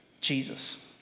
Jesus